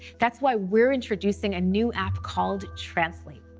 that's why we're introducing a new app called translate.